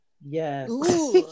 Yes